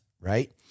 Right